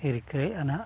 ᱨᱤᱠᱟᱹᱭᱮᱫᱟ ᱱᱟᱦᱟᱜ